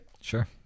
Sure